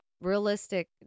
realistic